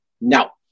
Now